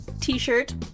t-shirt